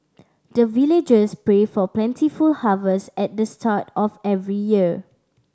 the villagers pray for plentiful harvest at the start of every year